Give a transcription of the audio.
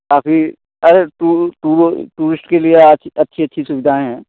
काफी अरे टू टू टूरिश्ट के लिए यहाँ अ अच्छी अच्छी सुविधाएँ हैं